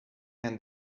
and